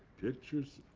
pictures.